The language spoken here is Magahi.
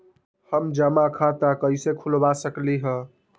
हम जमा खाता कइसे खुलवा सकली ह?